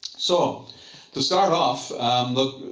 so to start off look,